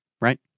right